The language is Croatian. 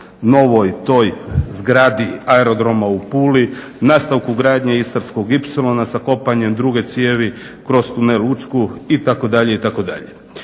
novoj toj zgradi aerodroma u Puli, nastavku gradnje Istarskog ipsilona sa kopanjem druge cijevi kroz tunel Učku itd.